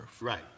Right